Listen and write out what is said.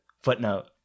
Footnote